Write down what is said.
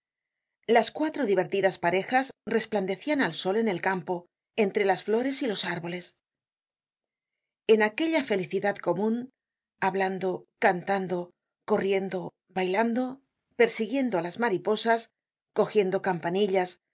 las cuatro divertidas parejas resplandecian al sol en el campo entre las flores y los árboles en aquella felicidad comun hablando cantando corriendo bailando persiguiendo á las mariposas cogiendo campanillas